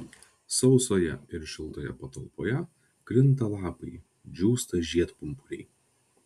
sausoje ir šiltoje patalpoje krinta lapai džiūsta žiedpumpuriai